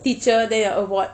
teacher then your award